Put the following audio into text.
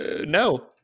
No